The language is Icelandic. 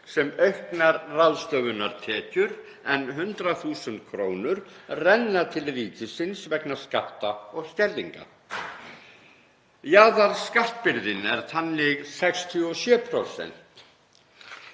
sem auknar ráðstöfunartekjur en 100.000 kr. renna til ríkisins vegna skatta og skerðinga. Jaðarskattbyrðin er þannig 67%.